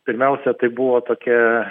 pirmiausia tai buvo tokia